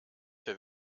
der